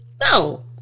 No